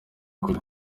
kure